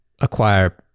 acquire